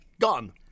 Gone